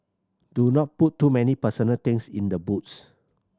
do not put too many personal things in the boots